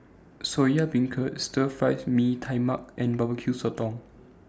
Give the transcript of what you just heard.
Soya Beancurd Stir Fry Mee Tai Mak and Bbq Sotong